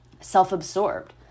self-absorbed